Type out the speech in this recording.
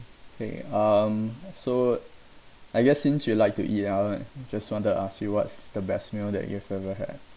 okay um so I guess since you like to eat I want just want to ask you what's the best meal that you've ever had